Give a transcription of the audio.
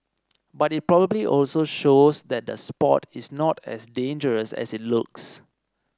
but it probably also shows that the sport is not as dangerous as it looks